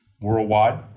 worldwide